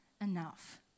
enough